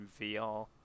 VR